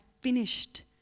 finished